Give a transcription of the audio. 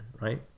right